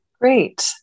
Great